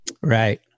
Right